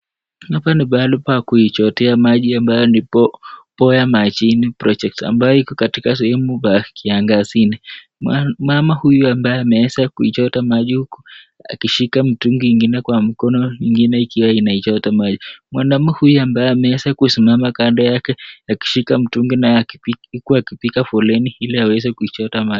Hapa ni mahali pa kuichotea maji, ambayo ni [Boya Majini Water Project] ambayo iko sehemu ya kiangazini. Mama huyu ambaye ameweza kuichota maji huku akishika mtungi ingine kwa mkono, ingine ikiwa ikichota maji. Mwanaume huyu ambaye amewesa kusimama kando yake akishika mtungi naye akipiga foleni ili aweze kuichota maji.